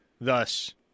Thus